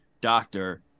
doctor